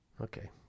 Okay